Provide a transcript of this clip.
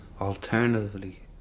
alternatively